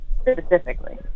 specifically